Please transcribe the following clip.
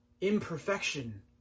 imperfection